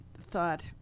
thought